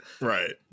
Right